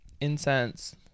incense